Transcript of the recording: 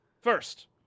first